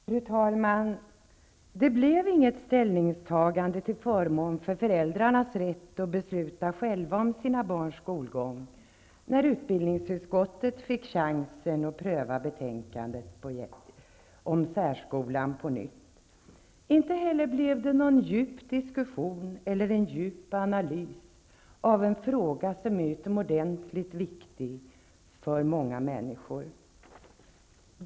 Fru talman! Det blev inget ställningstagande till förmån för föräldrarnas rätt att själva besluta om sina barns skolgång, när utbildningsutskottet fick chansen att pröva betänkandet om särskolan på nytt. Inte heller blev det någon djup diskussion eller en djup analys av en fråga som är utomordentligt viktig för många människor.